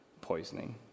poisoning